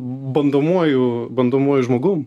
bandomuoju bandomuoju žmogum